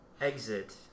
exit